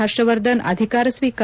ಹರ್ಷವರ್ಧನ್ ಅಧಿಕಾರ ಸ್ತೀಕಾರ